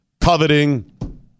Coveting